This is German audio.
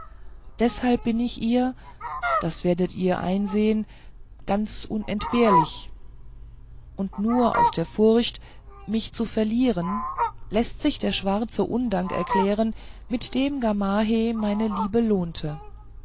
deshalb bin ich ihr das werdet ihr einsehen ganz unentbehrlich und nur aus der furcht mich zu verlieren läßt sich der schwarze undank erklären mit dem gamaheh meine liebe lohnte